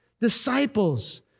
disciples